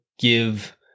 give